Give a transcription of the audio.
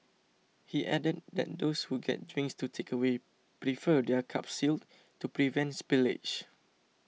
he added that those who get drinks to takeaway prefer their cups sealed to prevent spillage